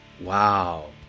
Wow